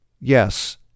Yes